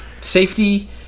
safety